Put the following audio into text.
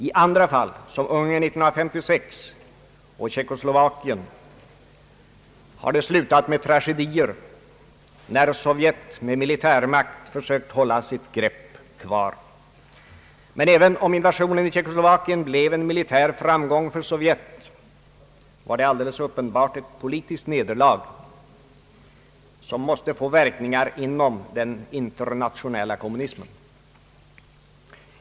I andra fall som Ungern 1956 och Tjeckoslovakien har det slutat med tragedier, när Sovjet med militärmakt försökt behålla sitt grepp. Men även om invasionen i Tjeckoslovakien blev en militär framgång för Sovjet, var det alldeles uppenbart ett politiskt nederlag, som måste få verkningar inom den internationella kommunismen.